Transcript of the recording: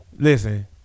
Listen